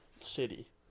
city